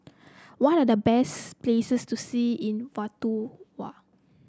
what are the best places to see in Vanuatu